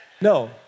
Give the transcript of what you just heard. no